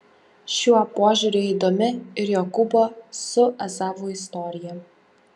šiuo požiūriu įdomi ir jokūbo su ezavu istorija